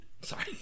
Sorry